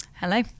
Hello